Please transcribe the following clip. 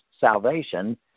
salvation